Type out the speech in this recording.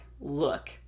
look